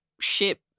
ship